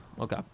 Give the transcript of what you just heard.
Okay